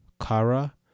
Kara